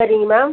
சரிங்க மேம்